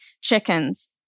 chickens